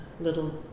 little